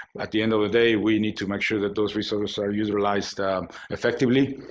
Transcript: at the end of the day, we need to make sure that those resources are utilized effectively.